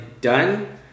done